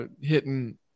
hitting